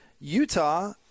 Utah